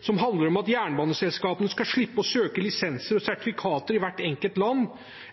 som handler om at jernbaneselskapene skal slippe å søke lisenser og sertifikater i hvert enkelt land.